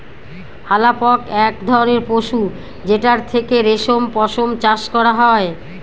আলাপক এক ধরনের পশু যেটার থেকে রেশম পশম চাষ করা হয়